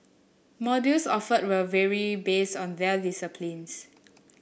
modules offered will vary based on their disciplines